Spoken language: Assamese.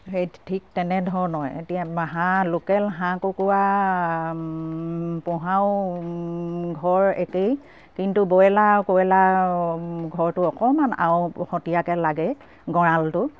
সেই ঠিক তেনেধৰণৰ এতিয়া হাঁহ লোকেল হাঁহ কুকুৰা পোহাও ঘৰ একেই কিন্তু ব্ৰইলাৰ কয়লাৰ ঘৰটো অকমান আওহতীয়াকে লাগে গঁৰালটো